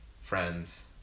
friends